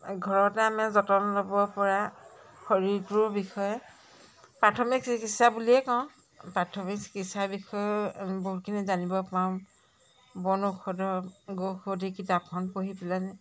ঘৰতে আমি যতন ল'ব পৰা শৰীৰটোৰ বিষয়ে প্ৰাথমিক চিকিৎসা বুলিয়ে কওঁ প্ৰাথমিক চিকিৎসাৰ বিষয়েও বহুতখিনি জানিব পাৰোঁ বন ঔষধৰ ঔষধি কিতাপখন পঢ়ি পেলানি